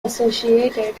associated